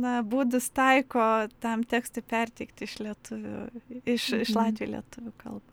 na būdus taiko tam tekstui perteikti iš lietuvių iš iš latvių į lietuvių kalbą